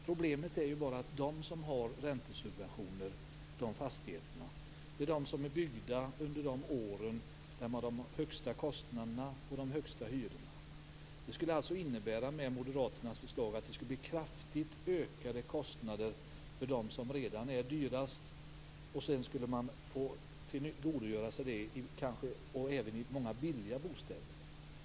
Problemet är bara att de fastigheter som har räntesubventioner är de som är byggda under de år när man hade de högsta kostnaderna och de högsta hyrorna. Moderaternas förslag skulle alltså innebära att det skulle bli kraftigt ökade kostnader för de bostäder som redan är dyrast. Sedan skulle man kunna tillgodogöra sig detta i många billiga bostäder.